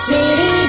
City